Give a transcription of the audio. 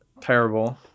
Terrible